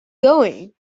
going